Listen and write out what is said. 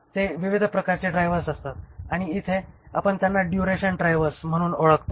ते विविध प्रकारचे ड्राइव्हर्स असतात आणि इथे आपण त्यांना ड्युरेशन ड्रायव्हर्स म्हणून ओळखतो